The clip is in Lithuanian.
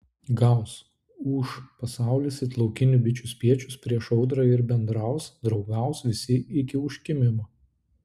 gaus ūš pasaulis it laukinių bičių spiečius prieš audrą ir bendraus draugaus visi iki užkimimo